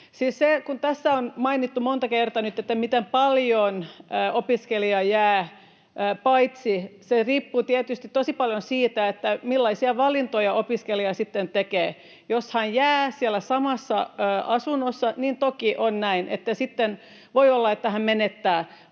tässä on mainittu monta kertaa nyt, miten paljosta opiskelija jää paitsi, riippuu tietysti tosi paljon siitä, millaisia valintoja opiskelija tekee. Jos hän jää sinne samaan asuntoon, niin toki on näin, että sitten voi olla, että hän menettää.